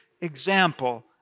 example